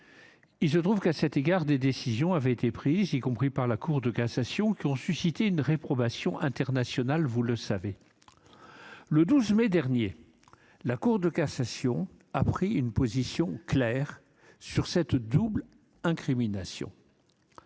ressortissant. À cet égard, certaines décisions ont été prises, y compris par la Cour de cassation, qui ont suscité une réprobation internationale, comme vous le savez. Le 12 mai dernier, la Cour de cassation a pris une position claire sur la double incrimination,